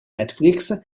netflix